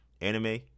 anime